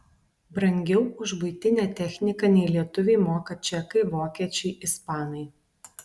brangiau už buitinę techniką nei lietuviai moka čekai vokiečiai ispanai